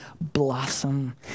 blossom